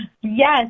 Yes